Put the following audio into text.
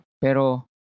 Pero